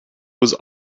was